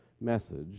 message